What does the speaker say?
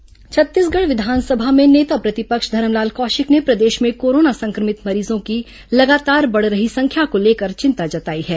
नेता प्रतिपक्ष बयान छत्तीसगढ़ विधानसभा में नेता प्रतिपक्ष धरमलाल कौशिक ने प्रदेश में कोरोना संक्रमित मरीजों की लगातार बढ़ रही संख्या को लेकर चिंता जताई है